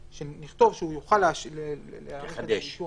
שנכתוב שהוא יוכל להאריך את זה באישור